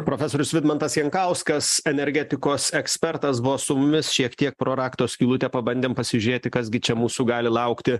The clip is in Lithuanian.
profesorius vidmantas jankauskas energetikos ekspertas buvo su mumis šiek tiek pro rakto skylutę pabandėm pasižiūrėti kas gi čia mūsų gali laukti